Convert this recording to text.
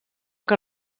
que